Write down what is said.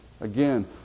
Again